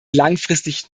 langfristig